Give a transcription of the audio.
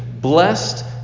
Blessed